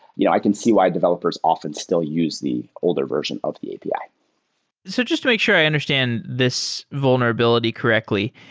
you know i can see why developers often still use the older version of the api. so just make sure i understand this vulnerability correctly.